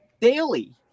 daily